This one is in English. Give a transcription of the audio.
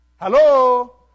Hello